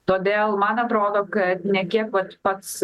todėl man atrodo kad nė kiek vat pats